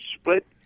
split